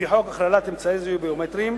לפי חוק הכללת אמצעי זיהוי ביומטריים